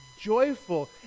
joyful